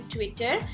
Twitter